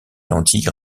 lentilles